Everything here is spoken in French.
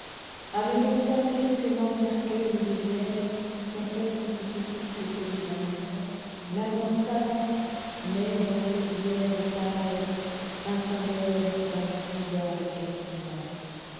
avez-vous observé que maints cercueils de vieillessont presque aussi petits que celui d'un enfant la imort savante met dans ces bières pareillesun symbole d'un goût bizarre et captivant